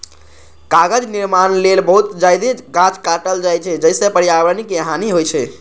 कागज निर्माण लेल बहुत जादे गाछ काटल जाइ छै, जइसे पर्यावरण के हानि होइ छै